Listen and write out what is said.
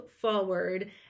forward